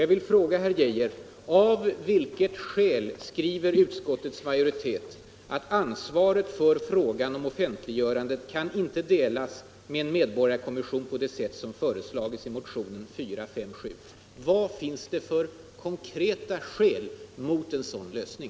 Jag vill fråga herr Arne Geijer: Av vilken anledning skriver utskottet 175 att ”ansvaret för frågan om offentliggörandet kan inte delas med en medborgarkommission på det sätt som föreslagits i motionen 457”? Vilka konkreta skäl finns mot en sådan lösning?